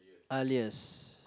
alias yes